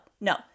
no